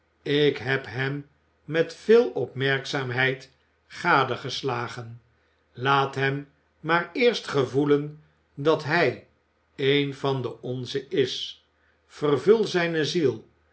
ik heb hem met veel opmerkzaamheid gadegeslagen laat hem maar eerst gevoelen dat hij een van de onzen is vervul zijne ziel